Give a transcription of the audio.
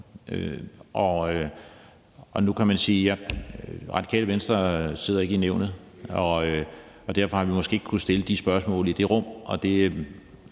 Nu kan man sige, at Radikale Venstre ikke sidder i Nævnet, og derfor har vi måske ikke kunnet stille de spørgsmål i det rum,